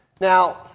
Now